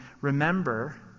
remember